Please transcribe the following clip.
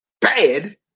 bad